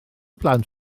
blant